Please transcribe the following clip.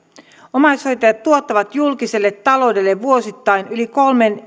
omaishoitajat tuottavat julkiselle taloudelle vuosittain yli kolmen